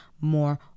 more